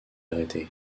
arrêtées